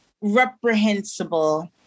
reprehensible